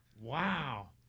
Wow